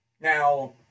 Now